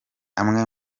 amwe